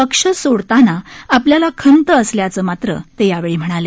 पक्ष सोडताना आपल्याला खंत असल्याचं ते यावेळी म्हणाले